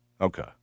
Okay